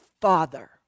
Father